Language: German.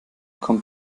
kommt